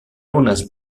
unes